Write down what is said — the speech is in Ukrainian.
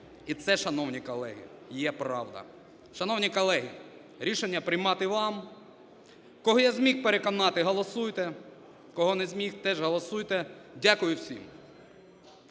І це, шановні колеги, є правда. Шановні колеги, рішення приймати вам. Кого я зміг переконати - голосуйте, кого не зміг – теж голосуйте. Дякую всім.